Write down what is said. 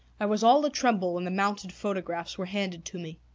i was all a-tremble when the mounted photographs were handed to me.